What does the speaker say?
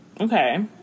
Okay